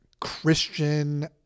christian